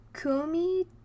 Kumi